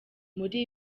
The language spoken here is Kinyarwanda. muri